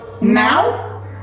now